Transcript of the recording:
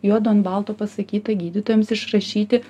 juodu ant balto pasakyta gydytojams išrašyti